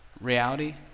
reality